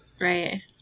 Right